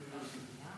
שנייה?